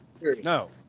No